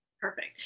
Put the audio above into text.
Perfect